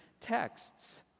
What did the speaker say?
texts